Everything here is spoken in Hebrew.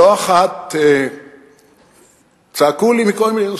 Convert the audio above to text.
לא אחת צעקו לי בכל מיני נושאים.